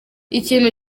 ikintu